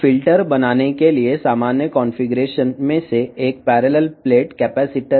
ఫిల్టర్ను తయారుచేసే సాధారణ కాన్ఫిగరేషన్ లో ఒకటి దువ్వెన నిర్మాణం యొక్క సమాంతర ప్లేట్ కెపాసిటర్